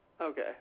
okay